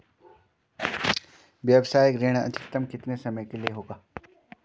व्यावसायिक ऋण अधिकतम कितने समय के लिए होगा?